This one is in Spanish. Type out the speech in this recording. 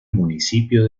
municipio